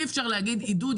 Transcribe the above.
אי אפשר להגיד עידוד,